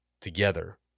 together